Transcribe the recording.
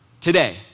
today